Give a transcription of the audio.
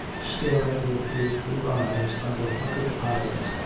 staring with his blue eyes under puckered eye lids,